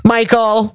Michael